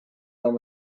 film